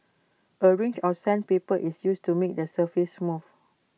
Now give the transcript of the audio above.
A range of sandpaper is used to make the surface smooth